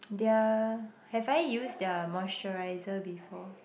their have I used their moisturiser before